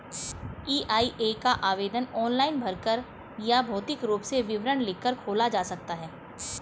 EIA का आवेदन online भरकर या भौतिक रूप में विवरण लिखकर खोला जा सकता है